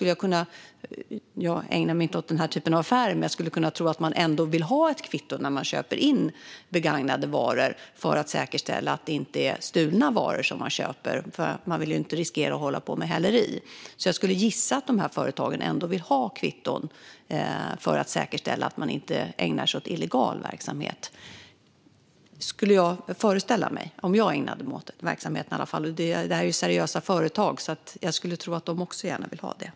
Jag ägnar mig inte åt den här typen av affärer, men jag skulle kunna tro att man ändå vill ha ett kvitto när man köper in begagnade varor för att säkerställa att det inte är stulna varor man köper. Man vill ju inte riskera att hålla på med häleri. Jag skulle gissa att företagen ändå vill ha kvitton för att säkerställa att man inte ägnar sig åt illegal verksamhet. Jag föreställer mig att det i alla fall skulle vara så om jag ägnade mig åt denna verksamhet. Det här är ju seriösa företag, så jag skulle tro att de också gärna vill ha det så.